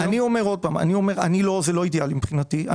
זה לא אידיאלי מבחינתי.